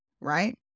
right